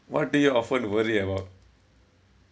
what do you often worry about